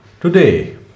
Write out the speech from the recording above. Today